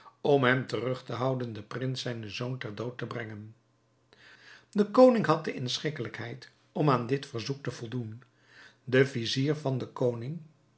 om hem terug te houden den prins zijnen zoon ter dood te brengen de koning had de inschikkelijkheid om aan dit verzoek te voldoen de vizier van den koning